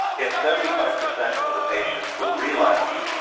if seventy five percent of the patients will relapse,